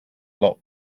lot